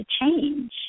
change